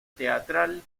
teatral